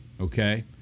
okay